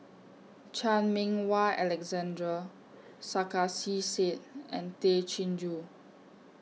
Chan Meng Wah Alexander Sarkasi Said and Tay Chin Joo